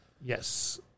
Yes